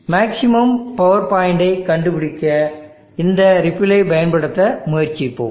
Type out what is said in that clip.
maximum பவர்பாயின்ட்டை கண்டுபிடிக்க இந்த ரிப்பிள்ளை பயன்படுத்த முயற்சிப்போம்